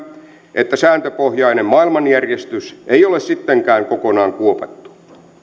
että sääntöpohjaista maailmanjärjestystä ei ole sittenkään kokonaan kuopattu